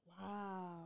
Wow